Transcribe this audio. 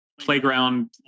playground